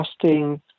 trusting